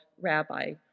rabbi